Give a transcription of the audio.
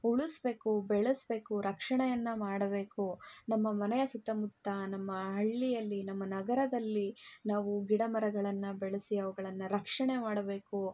ಉಳಿಸ್ಬೇಕು ಬೆಳೆಸ್ಬೇಕು ರಕ್ಷಣೆಯನ್ನು ಮಾಡಬೇಕು ನಮ್ಮ ಮನೆಯ ಸುತ್ತಮುತ್ತ ನಮ್ಮ ಹಳ್ಳಿಯಲ್ಲಿ ನಮ್ಮ ನಗರದಲ್ಲಿ ನಾವು ಗಿಡಮರಗಳನ್ನು ಬೆಳೆಸಿ ಅವ್ಗಳನ್ನು ರಕ್ಷಣೆ ಮಾಡಬೇಕು